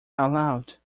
aloud